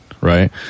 right